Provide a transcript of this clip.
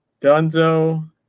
Dunzo